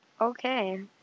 Okay